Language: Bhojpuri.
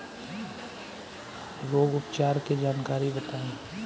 रोग उपचार के जानकारी बताई?